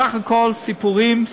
סך הכול סיפורים,